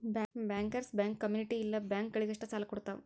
bankers bank community ಇಲ್ಲ bank ಗಳಿಗಷ್ಟ ಸಾಲಾ ಕೊಡ್ತಾವ